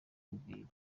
ukibwira